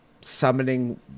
summoning